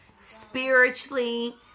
spiritually